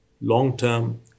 long-term